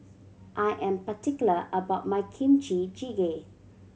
I am particular about my Kimchi Jjigae